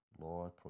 Lord